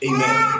Amen